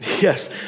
Yes